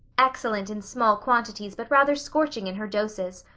excellent in small quantities but rather scorching in her doses.